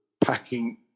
packing